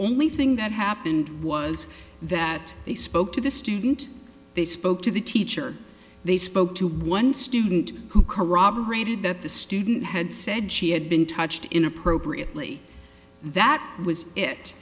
only thing that happened was that they spoke to the student they spoke to the teacher they spoke to one student who corroborated that the student had said she had been touched inappropriately that was it